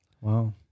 Wow